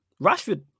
Rashford